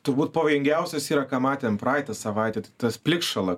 turbūt pavojingiausias yra ką matėme praeitą savaitę tai tas plikšala